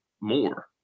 more